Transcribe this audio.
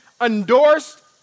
endorsed